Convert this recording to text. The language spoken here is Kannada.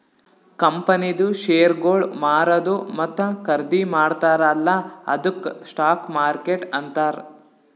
ಕಂಪನಿದು ಶೇರ್ಗೊಳ್ ಮಾರದು ಮತ್ತ ಖರ್ದಿ ಮಾಡ್ತಾರ ಅಲ್ಲಾ ಅದ್ದುಕ್ ಸ್ಟಾಕ್ ಮಾರ್ಕೆಟ್ ಅಂತಾರ್